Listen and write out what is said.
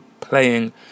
playing